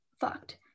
fucked